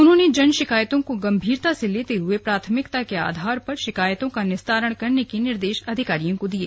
उन्होंने जन शिकायतों को गम्भीरता से लेते हुए प्राथमिकता के आधार पर शिकायतों का निस्तारण करने के निर्देश अधिकारियों को दिये